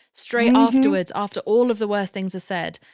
straight afterwards, after all of the worst things are said.